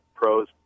pros